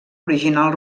original